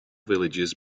villages